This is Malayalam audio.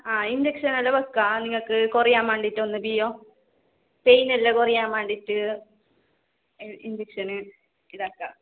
ആ ഇഞ്ചക്ഷനെല്ലാം വെക്കുക നിങ്ങൾക്ക് കുറയാൻ വേണ്ടീട്ട് വന്നിട്ട് ഇയ്യോ പെയ്നെല്ലാം കുറയാൻ വേണ്ടീട്ട് ഇഞ്ചക്ഷന് ഇതാക്കാം